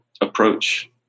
approach